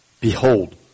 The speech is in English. Behold